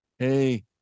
Hey